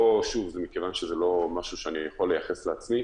מכיוון שזה לא משהו שאני יכול לייחס לעצמי